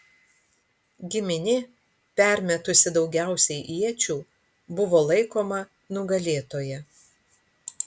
giminė permetusi daugiausiai iečių buvo laikoma nugalėtoja